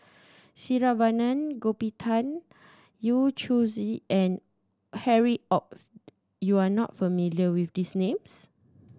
Saravanan Gopinathan Yu Zhuye and Harry Ord you are not familiar with these names